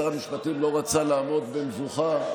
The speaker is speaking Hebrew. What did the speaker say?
שר המשפטים לא רצה לעמוד במבוכה.